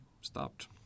stopped